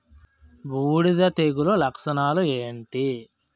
బూడిద తెగుల లక్షణాలు ఏంటి?